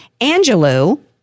Angelou